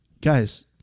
guys